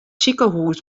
sikehûs